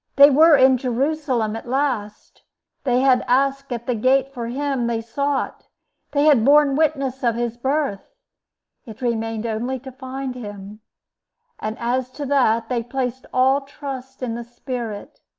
they were in jerusalem at last they had asked at the gate for him they sought they had borne witness of his birth it remained only to find him and as to that, they placed all trust in the spirit.